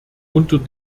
unter